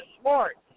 smart